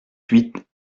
huit